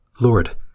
Lord